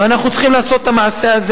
ואנחנו צריכים לעשות את המעשה הזה.